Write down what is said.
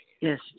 Yes